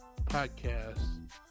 podcast